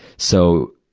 so,